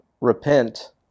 repent